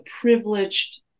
privileged